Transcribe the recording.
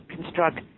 construct